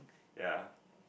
ya